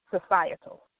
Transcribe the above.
societal